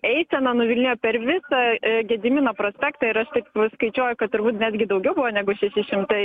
eisena nuvilnijo per visą gedimino prospektą ir aš taip va skaičiuoju kad turbūt netgi daugiau buvo negu šeši šimtai